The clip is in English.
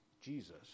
Jesus